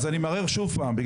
אז אני מעורר שוב פעם.